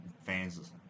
fans